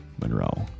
Monroe